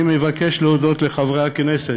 אני מבקש להודות לחברי הכנסת,